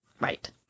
Right